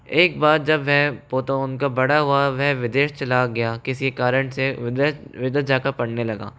एक बार जब वह पोता उनका बड़ा हुआ वह विदेश चला गया किसी कारण से विदेश जाके पढ़ने लगा